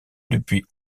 depuis